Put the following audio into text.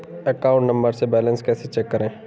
Account number से balance कैसे check करें?